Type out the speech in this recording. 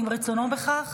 אם רצונו בכך.